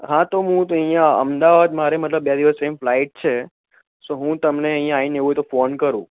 હા તો હું તો અહીંયા અમદાવાદ મારે મતલબ બે દિવસ રહીને ફ્લાઇટ છે સો હું તમને અહીંયા આવી ને એવું હોય તો ફોન કરું